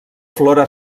flora